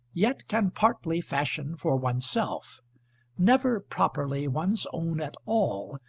yet can partly fashion for oneself never properly one's own at all,